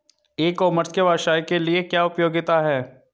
ई commerce के व्यवसाय के लिए क्या उपयोगिता है?